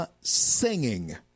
singing